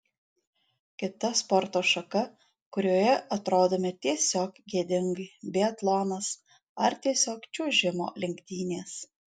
kita sporto šaka kurioje atrodome tiesiog gėdingai biatlonas ar tiesiog čiuožimo lenktynės